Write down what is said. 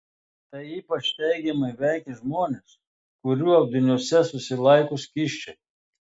tai ypač teigiamai veikia žmones kurių audiniuose susilaiko skysčiai